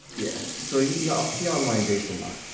yeah. so you know he only dates a lot.